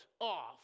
off